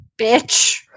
Bitch